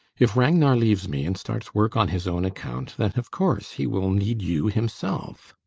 if ragnar leaves me and starts work on his own account, then of course he will need you himself.